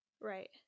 Right